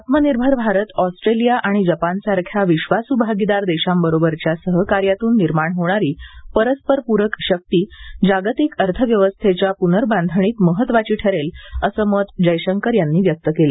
आत्मनिर्भर भारत ऑस्ट्रेलिया आणि जपानसारख्या विश्वासू आगीदार देशांबरोबरच्या सहकाऱ्यातून निर्माण होणारी परस्परपूरक शक्ती जागतिक अर्थव्यवस्थेच्या पूनर्बाधणीत महत्वाची ठरेल असं मत जयशंकर यांनी व्यक्त केलं